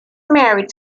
married